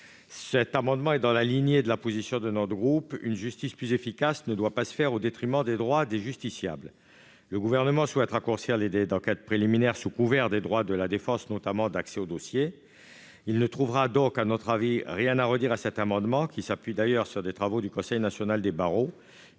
Cet amendement s'inscrit dans la lignée de la position de notre groupe : une justice plus efficace ne doit pas se faire au détriment des droits des justiciables. Le Gouvernement souhaitant raccourcir les délais de l'enquête préliminaire en alléguant l'amélioration parallèle des droits de la défense, en matière d'accès au dossier notamment, il ne trouvera, à notre avis, rien à redire à cet amendement, qui s'appuie d'ailleurs sur des travaux du Conseil national des barreaux